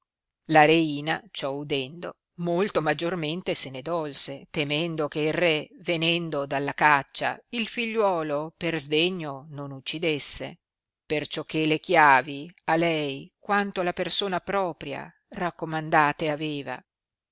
la reina ciò udendo molto maggiormente se ne dolse temendo che il re venendo dalla caccia il figliuolo per sdegno non uccidesse perciò che le chiavi a lei quanto la persona propria raccomandate aveva